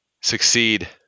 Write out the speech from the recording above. succeed